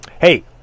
Hey